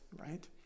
right